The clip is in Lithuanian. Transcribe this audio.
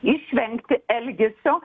išvengti elgesio